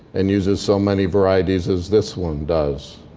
and uses so many varieties as this one does.